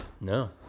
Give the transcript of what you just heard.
No